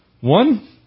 one